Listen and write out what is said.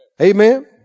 Amen